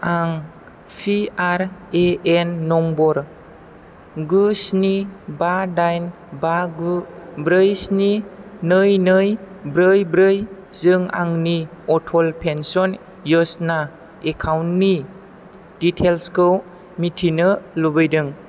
आं P R A N number गु स्नि बा डाइन बा गु ब्रै स्नि नै नै ब्रै ब्रै जों आंनि अटल पेन्सन य'जना एकाउन्टनि डिटेइल्सखौ मिथिनो लुबैदों